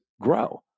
grow